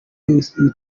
youtube